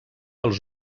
els